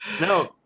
no